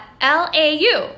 L-A-U